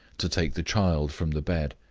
to take the child from the bed.